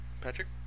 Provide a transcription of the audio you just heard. Patrick